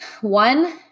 one